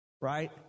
right